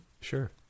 Sure